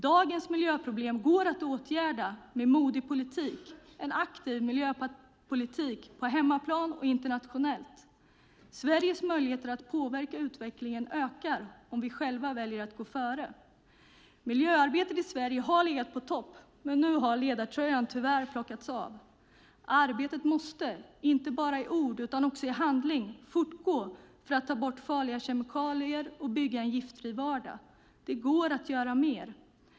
Dagens miljöproblem går att åtgärda med modig politik - en aktiv miljöpolitik på hemmaplan och internationellt. Sveriges möjligheter att påverka utvecklingen ökar om vi själva väljer att gå före. Miljöarbetet i Sverige har legat på topp, men nu har ledartröjan tyvärr plockats av. Arbetet måste, inte bara i ord utan också i handling, fortgå för att ta bort farliga kemikalier och bygga en giftfri vardag. Det går att göra mer.